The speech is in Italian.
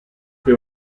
che